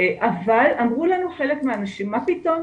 אבל אמרו לנו חלק מהאנשים 'מה פתאום,